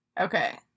Okay